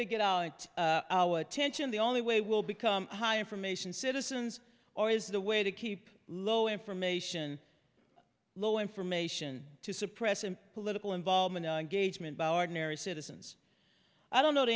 to get out tension the only way will become high information citizens or is the way to keep low information low information to suppress and political involvement gauge made by ordinary citizens i don't know the